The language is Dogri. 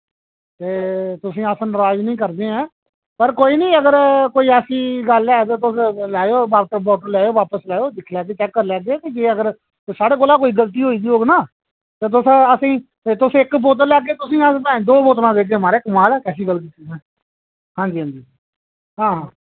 ते तुसेंई अस नराज़ निं करदे आं पर कोई निं अगर कोई ऐसी गल्ल ऐ ते तुस लेई आएओ बापस लेआएओ बापस लेआएओ दक्खी लैगे चैक करी लैगे जे अगर साढ़े कोला कोई गलती होई दी होग ना ते तुस असेंगी तुस इक बोतल लैगे ते तुसेंगी अस भैं दो बोतलां देगे महाराज कमाल ऐ कैसी गल्ल कीती तुसें हां जी हां जी हां हां